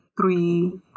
Three